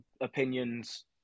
opinions